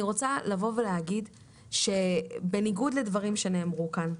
אני רוצה להגיד שבניגוד לדברים שנאמרו כאן,